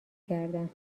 کردم